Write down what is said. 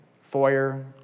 foyer